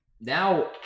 now